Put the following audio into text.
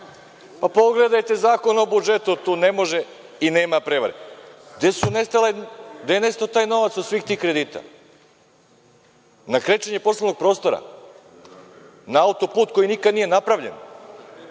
Pa, pogledajte Zakon o budžetu, tu ne može i nema prevare. Gde je nestao taj novac od svih tih kredita? Na krečenje poslovnog prostora? Na auto-put koji nikad nije napravljen